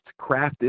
crafted